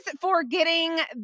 forgetting